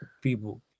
people